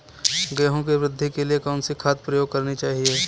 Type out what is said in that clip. गेहूँ की वृद्धि के लिए कौनसी खाद प्रयोग करनी चाहिए?